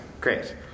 Great